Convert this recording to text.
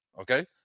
okay